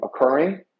occurring